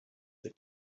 that